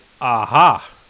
aha